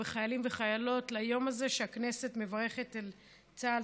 וחיילים וחיילות שהגיעו ליום הזה שבו הכנסת מברכת את צה"ל,